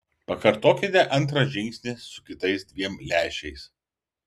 pakartokite antrą žingsnį su kitais dviem lęšiais